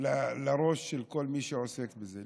לראש של כל מי שעוסק בזה.